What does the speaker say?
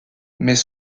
mais